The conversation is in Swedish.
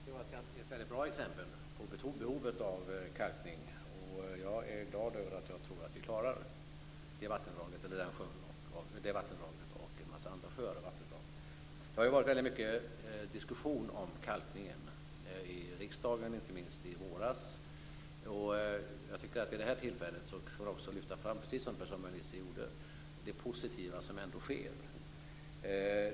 Det var ett väldigt bra exempel på behovet av kalkning, och jag är glad över att jag tror att vi klarar den sjön och det vattendraget och en massa andra sjöar och vattendrag. Det har ju varit väldigt mycket diskussion om kalkningen i riksdagen, inte minst i våras, och jag tycker att vid det här tillfället skall man också lyfta fram, precis som Per-Samuel Nisser gjorde, det positiva som ändå sker.